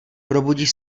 probudíš